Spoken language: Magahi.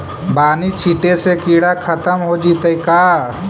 बानि छिटे से किड़ा खत्म हो जितै का?